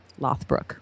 lothbrook